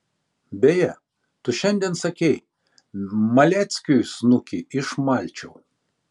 beje tu šiandien sakei maleckiui snukį išmalčiau